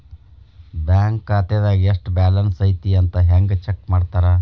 bank ಖಾತೆದಾಗ ಎಷ್ಟ balance ಐತಿ ಅಂತ ಹೆಂಗ ಚೆಕ್ ಮಾಡ್ತಾರಾ